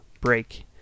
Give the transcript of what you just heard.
break